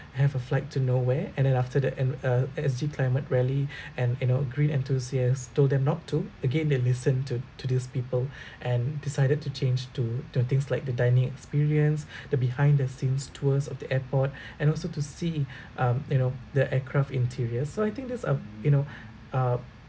have a flight to norway and then after that and uh at S_G climate rally and you know green enthusiast told them not to again they listened to to these people and decided to change to to things like the dining experience the behind the scenes tours of the airport and also to see um you know the aircraft interior so I think this uh you know uh